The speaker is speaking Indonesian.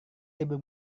libur